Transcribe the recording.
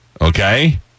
Okay